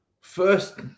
First